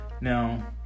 Now